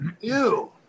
Ew